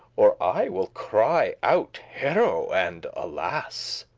or i will cry out harow and alas!